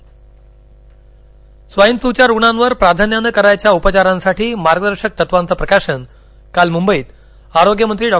swine flu swine फ्लूच्या रुग्णांवर प्राधान्यानं करायच्या उपचारांसाठी मार्गदर्शक तत्वांचं प्रकाशन काल मुंबईत आरोग्यमंत्री डॉ